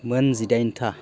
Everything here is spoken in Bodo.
मोन जिदाइन था